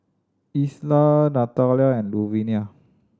Isla Natalia and Luvinia